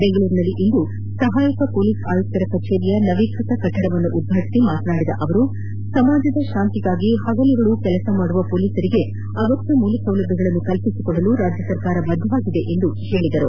ಬೆಂಗಳೂರಿನಲ್ಲಿಂದು ಸಹಾಯಕ ಮೊಲೀಸ್ ಆಯುಕ್ತರ ಕಚೇರಿಯ ನವೀಕೃತ ಕಟ್ಟಡ ಉದ್ವಾಟಿಸಿ ಮಾತನಾಡಿದ ಅವರು ಸಮಾಜದ ಶಾಂತಿಗಾಗಿ ಹಗಲು ಇರುಳು ಕೆಲಸ ಮಾಡುವ ಪೊಲೀಸರಿಗೆ ಅಗತ್ಯ ಮೂಲಸೌಲಭ್ಯಗಳನ್ನು ಕಲ್ಪಿಸಿಕೊಡಲು ಸರ್ಕಾರ ಬದ್ದವಾಗಿದೆ ಎಂದು ಹೇಳಿದರು